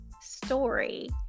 Story